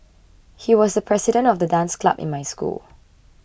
he was the president of the dance club in my school